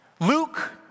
Luke